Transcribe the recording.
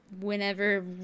whenever